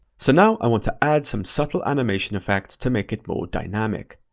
so now, i want to add some subtle animation effects to make it more dynamic.